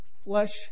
flesh